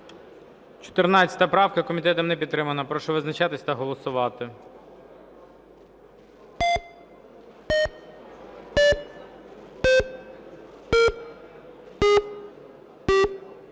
14 правка, комітетом не підтримана. Прошу визначатись та голосувати.